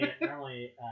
normally